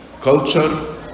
culture